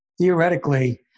theoretically